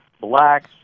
blacks